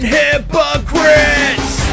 hypocrites